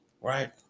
right